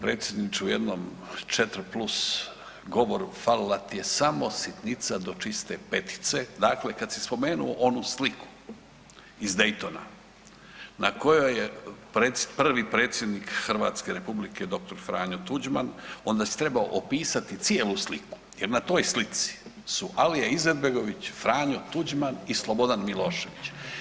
Predsjedniče u jednom 4 plus govoru falila ti je samo sitnica do čiste 5-tice, dakle kad si spomenu onu sliku iz Daytona na kojoj je prvi predsjednik Hrvatske Republike, dr. Franjo Tuđman, onda si trebao opisati cijelu sliku, jer na toj slici su Alija Izetbegović, Franjo Tuđman i Slobodan Milošević.